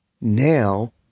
Now